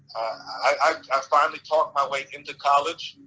i finally talked my way into college.